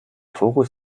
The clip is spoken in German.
fokus